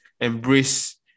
embrace